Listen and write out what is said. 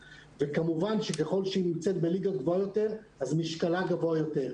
וכמובן שככל שהיא נמצאת בליגה גבוהה יותר אז משקלה גבוהה יותר.